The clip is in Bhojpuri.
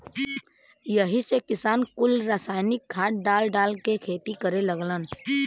यही से किसान कुल रासायनिक खाद डाल डाल के खेती करे लगलन